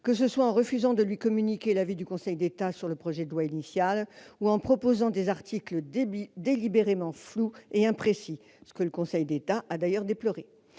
que ce soit en refusant de lui communiquer l'avis du Conseil d'État sur le projet de loi initial ou en proposant des articles délibérément flous et imprécis, ce que le Conseil d'État a d'ailleurs déploré.